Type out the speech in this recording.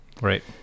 Right